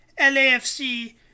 LaFC